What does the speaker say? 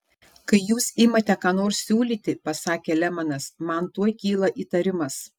kai jūs imate ką nors siūlyti pasakė lemanas man tuoj kyla įtarimas